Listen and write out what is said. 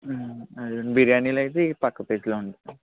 బిర్యానీలు అయితే ఈ పక్క పేజీలో ఉంటాయి